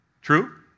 True